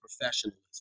professionalism